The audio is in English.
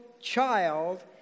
child